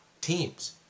teams